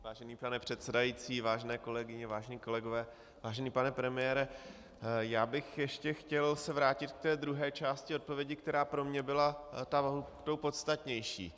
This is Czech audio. Vážený pane předsedající, vážené kolegyně, vážení kolegové, vážený pane premiére, já bych se ještě chtěl vrátit k té druhé části odpovědi, která pro mě byla tou podstatnější.